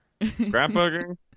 Scrapbooking